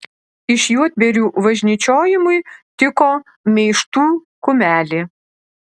iš juodbėrių važnyčiojimui tiko meištų kumelė